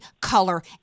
color